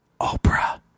Oprah